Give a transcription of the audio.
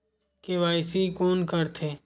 KYC कोन करथे?